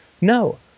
No